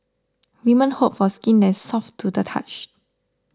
women hope for skin that is soft to the touch